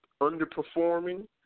underperforming